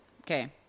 Okay